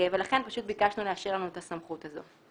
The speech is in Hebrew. ולכן פשוט ביקשנו לאשר לנו את הסמכות הזאת.